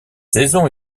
saison